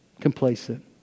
complacent